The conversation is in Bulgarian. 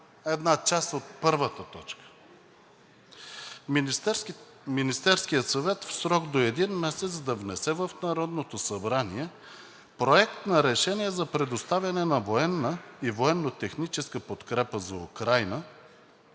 една част от първата точка: „Министерският съвет в срок до един месец да внесе в Народното събрание Проект на решение за предоставяне на военна и военно-техническа подкрепа за Украйна